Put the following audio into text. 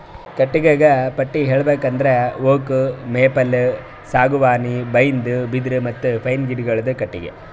ಕಟ್ಟಿಗಿಗ ಪಟ್ಟಿ ಹೇಳ್ಬೇಕ್ ಅಂದ್ರ ಓಕ್, ಮೇಪಲ್, ಸಾಗುವಾನಿ, ಬೈನ್ದು, ಬಿದಿರ್ ಮತ್ತ್ ಪೈನ್ ಗಿಡಗೋಳುದು ಕಟ್ಟಿಗಿ